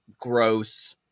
Gross